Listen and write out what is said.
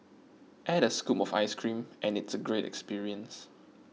add a scoop of ice cream and it's a great experience